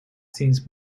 since